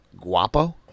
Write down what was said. Guapo